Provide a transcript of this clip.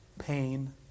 pain